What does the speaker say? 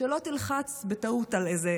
שלא תלחץ בטעות על איזה